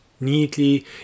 neatly